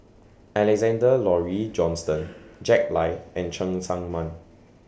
Alexander Laurie Johnston Jack Lai and Cheng Tsang Man